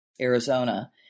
Arizona